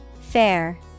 Fair